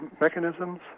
mechanisms